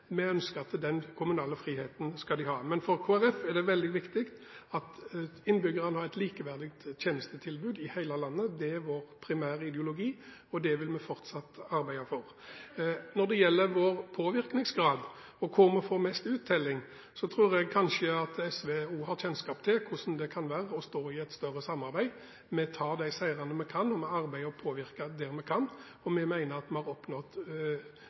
Den kommunale friheten ønsker vi at de skal ha. Men for Kristelig Folkeparti er det veldig viktig at innbyggerne har et likeverdig tjenestetilbud i hele landet. Det er vår primære ideologi, og det vil vi fortsatt arbeide for. Når det gjelder vår påvirkningsgrad og hvor vi får mest uttelling, tror jeg kanskje at SV også har kjennskap til hvordan det kan være å stå i et større samarbeid. Vi tar de seierne vi kan, og vi arbeider for å påvirke der vi kan, og vi mener at vi har oppnådd